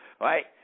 right